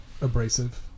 abrasive